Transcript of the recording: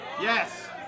Yes